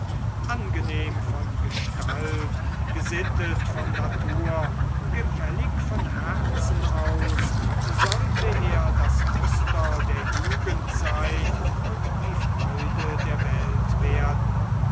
angenehm von gestalt gesittet von natur gefällig von herzen aus sollte er das muster der jugend sein und die freude der welt werden